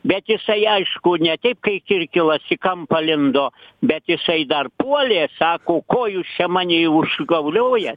bet jisai aišku ne teip kai kirkilas į kampą lindo bet jisai dar puolė sako ko jūs čia mani užgaulioja